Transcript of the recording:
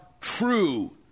true